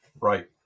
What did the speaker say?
Right